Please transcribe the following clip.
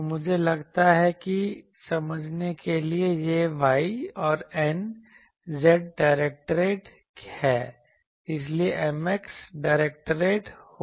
तो मुझे लगता है कि समझने के लिए यह y और n z डायरेक्टेड है इसलिए M x डायरेक्टेड होगा